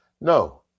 No